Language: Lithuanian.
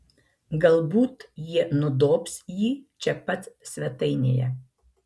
galbūt jie nudobs jį čia pat svetainėje